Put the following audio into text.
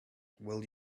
will